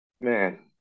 Man